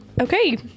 Okay